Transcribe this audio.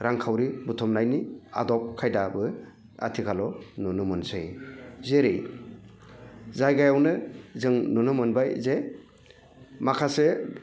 रांखावरि बुथुमनायनि आबाद खायदाबो आथिखालाव नुनो मोनसै जेरै जायगायावनो जों नुनोमोनबाय जे माखासे